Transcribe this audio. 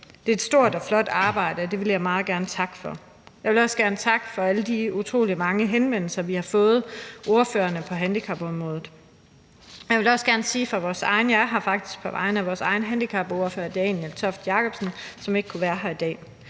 Det er et stort og flot arbejde, og det vil jeg meget gerne takke for. Jeg vil også gerne takke for alle de utrolig mange henvendelser, vi ordførere på handicapområdet har fået. Jeg vil også gerne sige fra vores egen handicapordfører, som jeg faktisk er her på vegne af, Daniel Toft Jakobsen, som ikke kunne være her i dag,